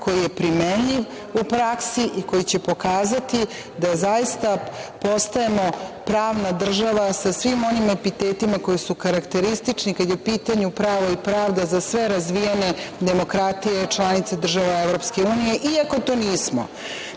koji je primenljiv u praksi i koji će pokazati da zaista postajemo pravna država sa svim onim epitetima koji su karakteristični kada je u pitanju pravo i pravda za sve razvijene demokratije članica država EU, iako to nismo. Na